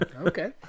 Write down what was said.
Okay